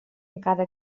encara